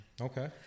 okay